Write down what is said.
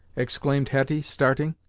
exclaimed hetty, starting.